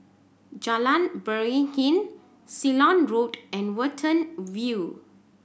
Jalan Beringin Ceylon Road and Watten View